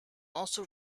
also